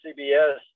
CBS